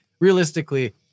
realistically